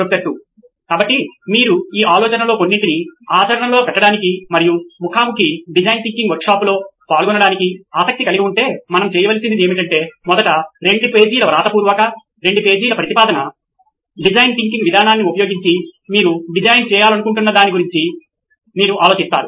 professor 2 కాబట్టి మీరు ఈ ఆలోచనలలో కొన్నింటిని ఆచరణలో పెట్టడానికి మరియు ముఖాముఖి డిజైన్ థింకింగ్ వర్క్షాప్లో పాల్గొనడానికి ఆసక్తి కలిగి ఉంటే మనం చేయవలసింది ఏమిటంటే మొదట 2 పేజీల వ్రాతపూర్వక 2 పేజీల ప్రతిపాదన డిజైన్ థింకింగ్ విధానాన్ని ఉపయోగించి మీరు డిజైన్ చేయాలనుకుంటున్న దాని గురించి మీరు ఆలోచిస్తారు